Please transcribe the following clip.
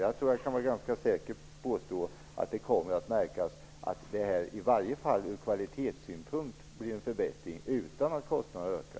Jag kan ganska säkert påstå att det kommer att märkas att det i varje fall ur kvalitetssynpunkt blir en förbättring, utan att kostnaderna ökar.